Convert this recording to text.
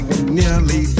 nearly